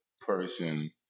person